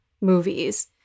movies